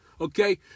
Okay